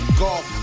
golf